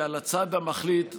זה כפוף להתייעצויות.